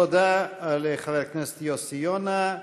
תודה לחבר הכנסת יוסי יונה.